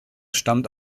stammt